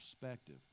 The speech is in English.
perspective